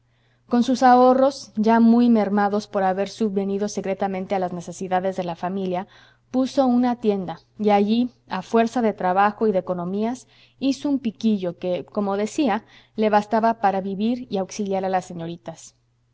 con sus ahorros ya muy mermados por haber subvenido secretamente a las necesidades de la familia puso una tienda y allí a fuerza de trabajo y de economías hizo un piquillo que como decía le bastaba para vivir y auxiliar a las señoritas